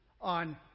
on